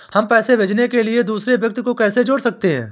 हम पैसे भेजने के लिए दूसरे व्यक्ति को कैसे जोड़ सकते हैं?